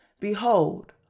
Behold